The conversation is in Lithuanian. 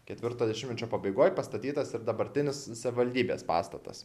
ketvirto dešimtmečio pabaigoj pastatytas ir dabartinis savivaldybės pastatas